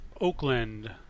Oakland